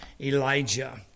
Elijah